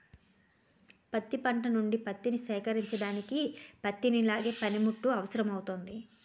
పత్తి పంట నుండి పత్తిని సేకరించడానికి పత్తిని లాగే పనిముట్టు అవసరమౌతుంది